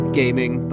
gaming